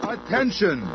Attention